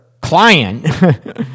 client